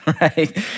right